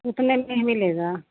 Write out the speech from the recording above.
उतने में मिलेगा